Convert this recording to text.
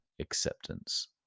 acceptance